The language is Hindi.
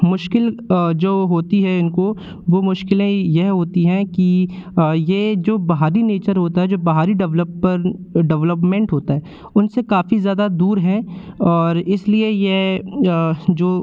मुश्किल जो होती है इनको वो मुश्किलें यह होती हैं कि ये जो बाहरी नेचर होता है और जो बाहरी डेवलपर डेवलपमेंट होता है उन से काफी ज़्यादा दूर हैं और इस लिए यह जो